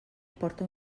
porta